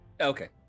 okay